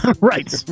right